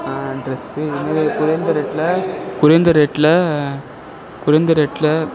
dress குறைந்த ரேட்டில் குறைந்த ரேட்டில் குறைந்த ரேட்டில்